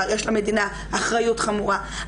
הסחר יש למדינה אחריות חמורה,